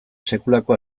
sekulako